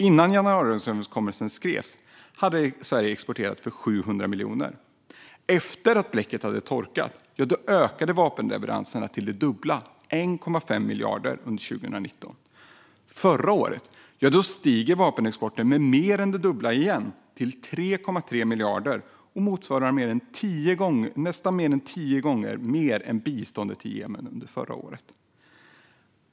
Innan januariöverenskommelsen skrevs hade Sverige exporterat för 700 miljoner. Efter att bläcket hade torkat ökade vapenleveranserna till det dubbla, 1,5 miljarder under 2019. Förra året steg vapenexporten med mer än det dubbla igen till 3,3 miljarder och motsvarar nästan tio gånger mer än biståndet till Jemen för förra året.